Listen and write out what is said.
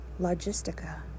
Logistica